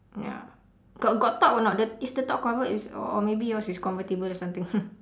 ya got got top or not the is the top covered is or maybe yours is convertible or something